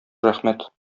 рәхмәт